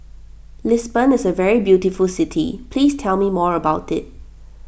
Lisbon is a very beautiful city please tell me more about it